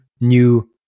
new